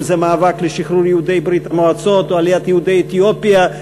אם מאבק לשחרור מברית-המועצות או עליית יהודי אתיופיה.